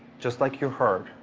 just like you heard,